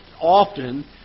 often